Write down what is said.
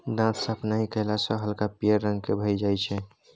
दांत साफ नहि कएला सँ हल्का पीयर रंग केर भए जाइ छै